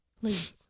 Please